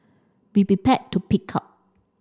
be prepared to pig out